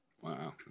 Wow